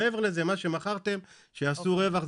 מעבר לזה מה שמכרתם שיעשו רווח,